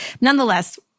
Nonetheless